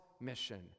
mission